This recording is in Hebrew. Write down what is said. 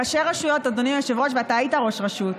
ראשי רשויות, אדוני היושב-ראש, אתה היית ראש רשות.